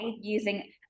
using